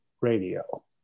radio